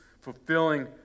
fulfilling